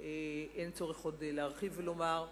אין עוד צורך להרחיב ולומר.